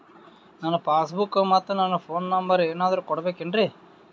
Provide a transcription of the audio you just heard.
ನನ್ನ passbook ಮತ್ ನನ್ನ ಫೋನ್ ನಂಬರ್ ಏನಾದ್ರು ಕೊಡಬೇಕೆನ್ರಿ?